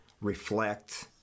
reflect